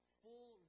full